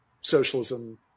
socialism